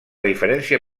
diferència